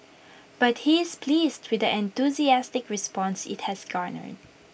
but he is pleased with the enthusiastic response IT has garnered